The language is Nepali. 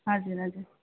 हजुर हजुर